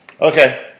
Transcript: Okay